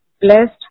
blessed